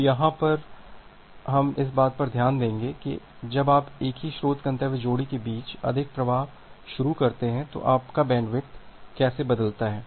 तो यहाँ से हम इस बात पर ध्यान दें कि जब आप एक ही स्रोत गंतव्य जोड़ी के बीच अधिक प्रवाह शुरू करते हैं तो आपका बैंडविड्थ कैसे बदलता है